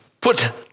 put